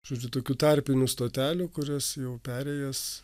žodžiu tokių tarpinių stotelių kurias jau perėjęs